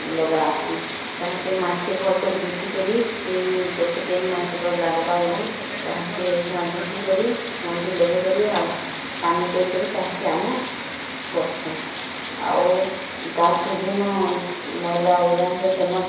ଲଗାସୁଁ ତାହାକେ ମାଟି କି ଭଲ୍ ସେ ଯୋତି କରି କେନ୍ ଗଛ କେନ୍ ମାଟିର ଲାଗ୍ବା ବୋଲି ତା'ହାକେ ଯୋତି କରି ମଞ୍ଜି ଲଗେଇ କରି ପାନି ଦେଇ କିରି ତାହାକେ ଆମେ କର୍ସୁଁ ଆଉ ତାହାକେ ଯିନୋ ମଇଲା ଅଲିଆ ସେନ୍